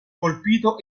colpito